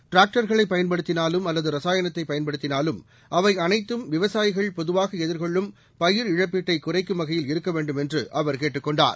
ட்ராக்டர்களை பயன்படுத்தினாலும் அல்லது ரசாயனத்தை பயன்படுத்தினாலும் அவை அனைத்தும் விவசாயிகள் பொதுவாக எதிர்கொள்ளும் பயிர் இழப்பீட்டை குறைக்கும் வகையில் இருக்க வேண்டும் என்று அவர் கேட்டுக் கொண்டார்